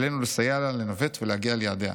עלינו לסייע לה לנווט ולהגיע אל יעדיה.